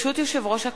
ברשות יושב-ראש הכנסת,